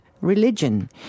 religion